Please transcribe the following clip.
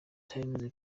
time